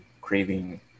craving